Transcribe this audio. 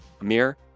Amir